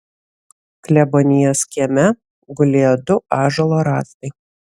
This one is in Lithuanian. klebonijos kieme gulėjo du ąžuolo rąstai